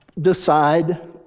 decide